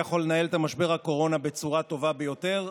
יכול לנהל את משבר הקורונה בצורה הטובה ביותר.